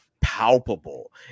palpable